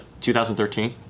2013